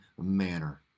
manner